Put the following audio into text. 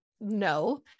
no